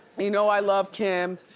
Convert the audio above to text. you know i love kim.